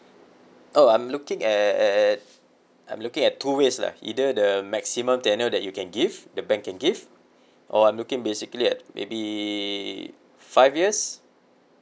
oh I'm looking at at I'm looking at two ways lah either the maximum tenure that you can give the bank can give or I'm looking basically at maybe five years